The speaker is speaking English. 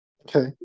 Okay